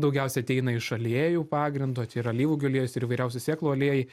daugiausia ateina iš aliejų pagrindo tai yra alyvuogių aliejus ir įvairiausių sėklų aliejai